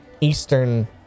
eastern